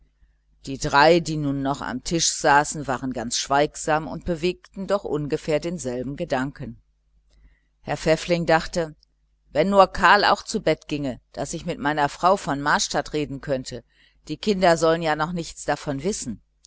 die drei die nun noch am tische saßen waren ganz schweigsam und bewegten doch ungefähr denselben gedanken herr pfäffling dachte wenn nur karl auch zu bett ginge daß ich mit meiner frau von marstadt reden könnte die kinder sollen ja noch nichts davon wissen